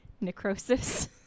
necrosis